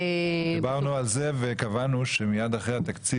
דיברנו על זה וקבענו שמיד אחרי התקציב